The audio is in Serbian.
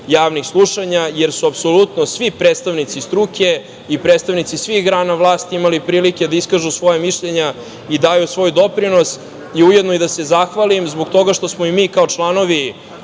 javnih slušanja, jer su apsolutno svih predstavnici struke i predstavnici svih grana vlasti imali prilike da iskažu svoja mišljenja i daju svoj doprinos i ujedno da se zahvalim zbog toga što smo i mi kao članovi